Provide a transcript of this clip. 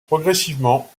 progressivement